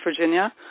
Virginia